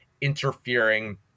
interfering